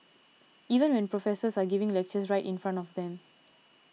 even when professors are giving lectures right in front of them